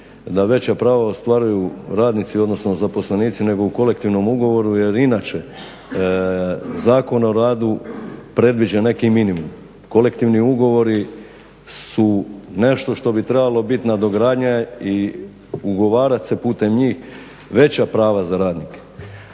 da veća prava ostvaruju radnici odnosno zaposlenici nego u kolektivnom ugovoru jer inače Zakon o radu predviđa neki minimum, kolektivni ugovori su nešto što bi trebala biti nadogradnja i ugovarat se putem njih veća prava za radnike.